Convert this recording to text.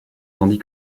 tandis